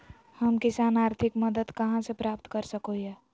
हम किसान आर्थिक मदत कहा से प्राप्त कर सको हियय?